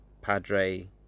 Padre